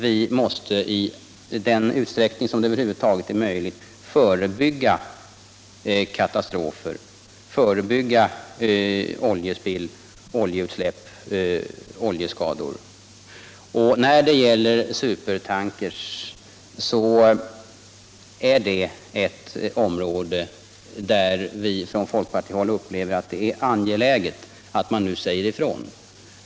Vi måste i den utsträckning det över huvud taget är möjligt förebygga katastrofer, förebygga oljespill, oljeutsläpp och oljeskador. När det gäller supertankers upplever vi på folkpartihåll att det är angeläget att man nu säger ifrån.